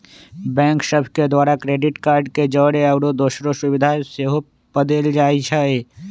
bank सभ के द्वारा क्रेडिट कार्ड के जौरे आउरो दोसरो सुभिधा सेहो पदेल जाइ छइ